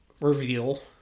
reveal